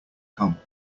come